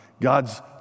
God's